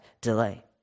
delay